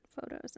photos